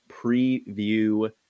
preview